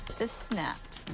this snapped.